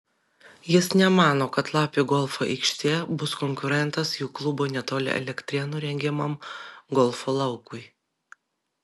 jis nemano kad lapių golfo aikštė bus konkurentas jų klubo netoli elektrėnų rengiamam golfo laukui